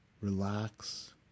relax